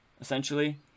essentially